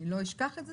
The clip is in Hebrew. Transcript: לא אשכח את זה.